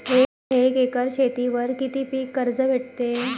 एक एकर शेतीवर किती पीक कर्ज भेटते?